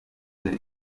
akuze